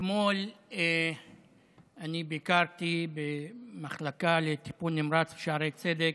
אתמול ביקרתי את נאדר שריף במחלקה לטיפול נמרץ בשערי צדק.